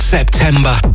September